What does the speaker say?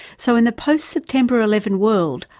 so in the post-september eleven world,